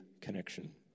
connection